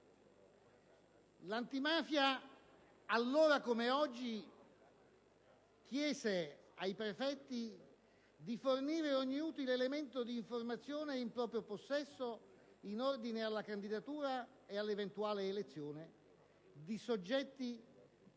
antimafia, allora come oggi, chiese ai prefetti di fornire ogni utile elemento d'informazione in proprio possesso in ordine alla candidatura e all'eventuale elezione di soggetti,